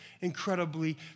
incredibly